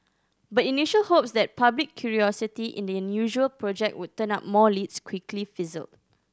but initial hopes that public curiosity in the unusual project would turn up more leads quickly fizzled